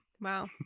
Wow